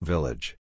Village